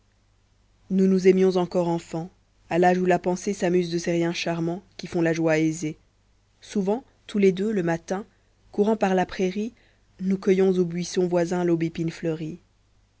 nous nous aimions encore enfants a l'âge où la pensée s'amuse de ces riens charmants qui font la joie aisée souvent tous les deux le matin courant par la prairie nous cueillions au buisson voisin l'aubépine fleurie